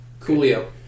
Coolio